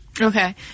Okay